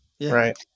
Right